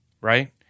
right